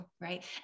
right